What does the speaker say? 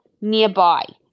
nearby